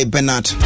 Bernard